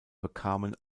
bekamen